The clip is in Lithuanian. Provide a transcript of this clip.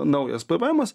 naujas pvemas